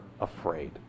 afraid